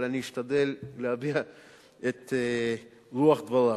אבל אני אשתדל להביא את רוח דבריו,